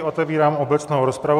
Otevírám obecnou rozpravu.